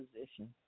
position